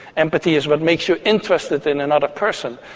empathy is what makes you interested in another person.